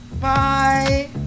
bye